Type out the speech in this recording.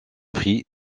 prix